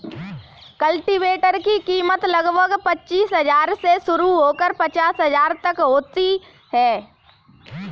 cultivator की कीमत लगभग पचीस हजार से शुरू होकर पचास हजार तक होती है